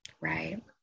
Right